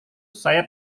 saya